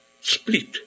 split